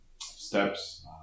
steps